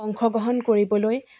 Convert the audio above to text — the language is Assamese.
অংশগ্ৰহণ কৰিবলৈ